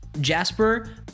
Jasper